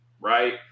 right